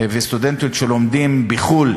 וסטודנטיות שלומדים בחו"ל.